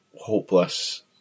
hopeless